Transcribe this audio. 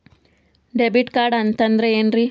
Debit card ಅಂತಂದ್ರೆ ಏನ್ರೀ?